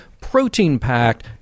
protein-packed